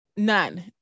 none